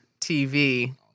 TV